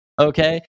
Okay